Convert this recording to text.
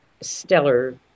stellar